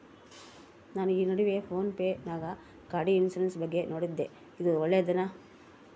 ನಾನು ಈ ನಡುವೆ ಫೋನ್ ಪೇ ನಾಗ ಗಾಡಿ ಇನ್ಸುರೆನ್ಸ್ ಬಗ್ಗೆ ನೋಡಿದ್ದೇ ಇದು ಒಳ್ಳೇದೇನಾ?